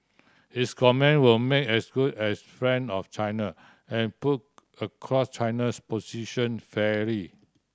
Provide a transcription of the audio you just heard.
his comment were made as good as friend of China and put across China's position fairly